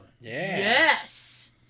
yes